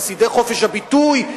חסידי חופש הביטוי,